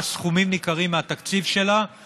שהסכומים האלה נמצאים באוצר רק בשל העובדה